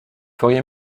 feriez